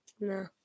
No